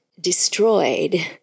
destroyed